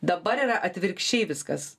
dabar yra atvirkščiai viskas